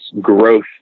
growth